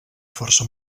força